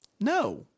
No